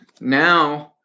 now